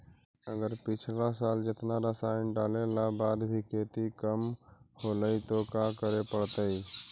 अगर पिछला साल जेतना रासायन डालेला बाद भी खेती कम होलइ तो का करे पड़तई?